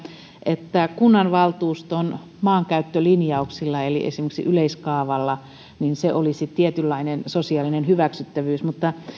että kunnanvaltuuston maankäyttölinjauksilla eli esimerkiksi yleiskaavalla olisi tietynlainen sosiaalinen hyväksyttävyys mutta